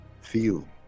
feel